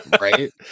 Right